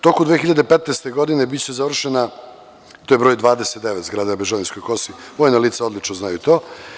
Tokom 2015. godine biće završena, to je broj 29, zgrada na Bežanijskoj kosi, vojna lica odlično znaju to.